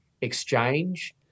exchange